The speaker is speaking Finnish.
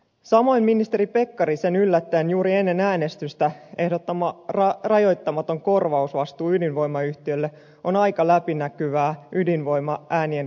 samoin ministeri pekkarisen yllättäen juuri ennen äänestystä ehdottama rajoittamaton korvausvastuu ydinvoimayhtiölle on aika läpinäkyvää ydinvoimaäänien kalastelua